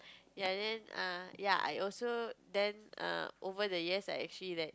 ya and then err ya I also then err over the years I actually like